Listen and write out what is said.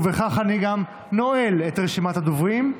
ובכך אני גם נועל את רשימת הדוברים.